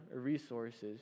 resources